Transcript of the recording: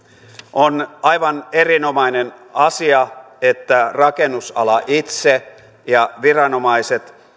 on aivan erinomainen asia että rakennusala itse ja viranomaiset